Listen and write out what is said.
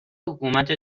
حکومت